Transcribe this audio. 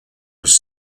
was